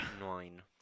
Nine